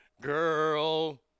Girl